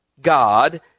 God